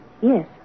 Yes